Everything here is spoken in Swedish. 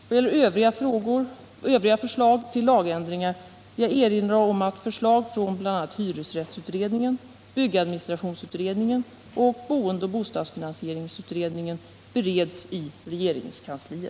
Då det gäller övriga förslag till lagändringar vill jag erinra om att förslag från bl.a. hyresrättsutredningen , byggadministrationsutredningen och boendeoch bostadsfinansieringsutredningen bereds i regeringskansliet.